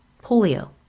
polio